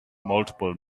multiple